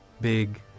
big